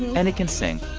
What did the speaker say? and he can sing.